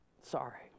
Sorry